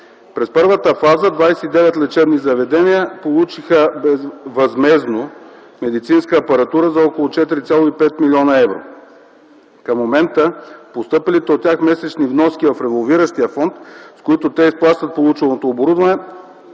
През първата фаза 29 лечебни заведения получиха възмездно медицинска апаратура за около 4,5 млн. евро. Към момента постъпилите от тях месечни вноски в револвиращия фонд, с които те изплащат полученото оборудване